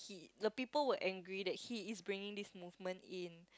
the people were angry that he is bringing this movement in